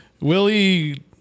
Willie